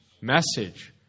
message